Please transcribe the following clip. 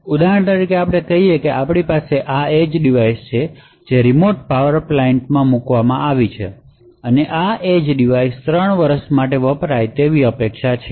ઉદાહરણ તરીકે આપણે કહી શકીએ કે આપણી પાસે આ એજ ડિવાઇસ છે જે રિમોટ પાવર પ્લાન્ટમાં મૂકવામાં આવે છે અને આ એજ ડિવાઇસ 3 વર્ષ માટે વપરાય તેવી અપેક્ષા છે